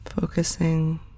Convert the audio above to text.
Focusing